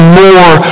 more